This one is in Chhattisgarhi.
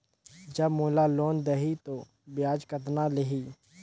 जब मोला लोन देही तो ब्याज कतना लेही?